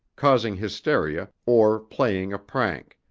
causing hysteria, or playing a prank.